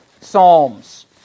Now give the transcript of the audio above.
Psalms